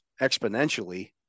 exponentially